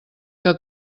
que